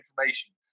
information